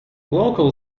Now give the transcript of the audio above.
local